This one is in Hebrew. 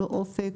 לא אופק,